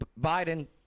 Biden